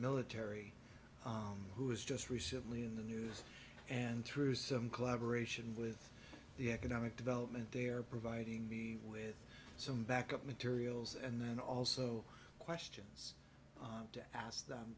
military who is just recently in the news and through some collaboration with the economic development they're providing me with some backup materials and then also questions to ask them